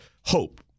hope